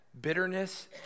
Bitterness